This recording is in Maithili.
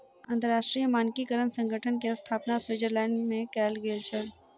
अंतरराष्ट्रीय मानकीकरण संगठन के स्थापना स्विट्ज़रलैंड में कयल गेल छल